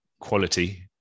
quality